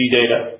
data